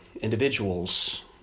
individuals